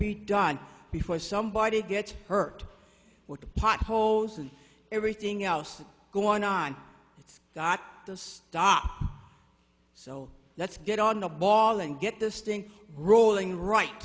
be done before somebody gets hurt with the potholes and everything else going on it's got to stop so let's get on the ball and get this thing rolling right